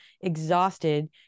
exhausted